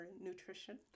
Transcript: nutrition